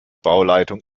bauleitung